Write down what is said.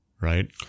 Right